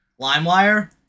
LimeWire